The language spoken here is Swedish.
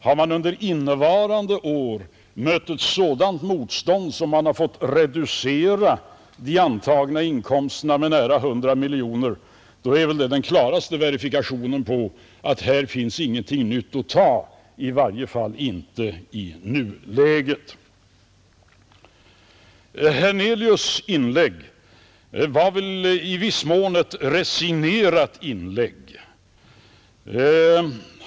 Har det under innevarande år uppstått ett sådant köpmotstånd att man har fått reducera de beräknade inkomsterna med nära 100 miljoner kronor, är det den klaraste verifikationen på att det i varje fall inte i nuläget här finns någonting nytt att ta. Herr Hernelius” inlägg var i viss mån resignerat.